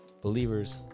believers